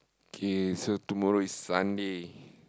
okay so tomorrow is Sunday